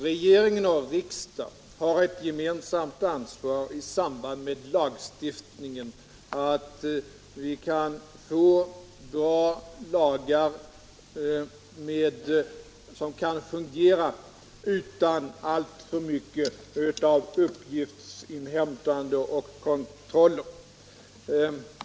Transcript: Regeringen och riksdagen har ett gemensamt ansvar för lagstiftningen på detta område. Vi har ett gemensamt ansvar för att vi får bra lagar som kan fungera utan alltför mycket av uppgiftsinhämtande och kontroller.